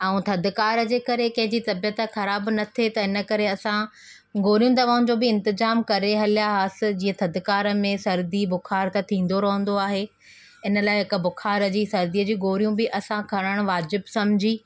ऐं थधिकार जे करे कंहिंजी तबियत ख़राबु न थिए त हिन करे असां गोरियुनि दवाउनि जो बि इंतजामु करे हलिया हुआसीं जीअं थधिकार में सर्दी बुख़ारु थींदो रहंदो आहे हिन लाइ हिकु बुख़ार जी सर्दीअ जी गोरियूं बि असां खणणु वाजिबु समुझी